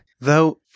Though-